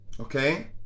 okay